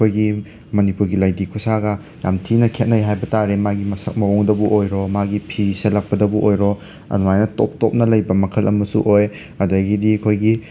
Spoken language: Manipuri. ꯑꯩꯈꯣꯏꯒꯤ ꯃꯅꯤꯄꯨꯔꯒꯤ ꯂꯥꯏꯙꯤ ꯈꯨꯠꯁꯥꯒ ꯌꯥꯝꯊꯤꯅ ꯈꯦꯠꯅꯩ ꯍꯥꯏꯕꯇꯔꯦ ꯃꯥꯒꯤ ꯃꯁꯛ ꯃꯑꯣꯡꯗꯕꯨ ꯑꯣꯏꯔꯣ ꯃꯥꯒꯤ ꯐꯤ ꯁꯦꯠꯂꯛꯄꯗꯕꯨꯨꯨ ꯑꯣꯏꯔꯣ ꯑꯗꯨꯃꯥꯏꯅ ꯇꯣꯞ ꯇꯣꯞꯅ ꯂꯩꯕ ꯃꯈꯜ ꯑꯃꯁꯨ ꯑꯣꯏ ꯑꯗꯒꯤꯗꯤ ꯑꯩꯈꯣꯏꯒꯤ